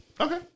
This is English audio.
Okay